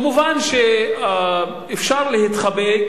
מובן שאפשר להתחבא,